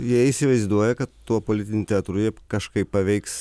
jie įsivaizduoja kad tuo politiniu teatru jie kažkaip paveiks